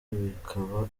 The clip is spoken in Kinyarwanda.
bikaba